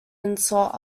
insult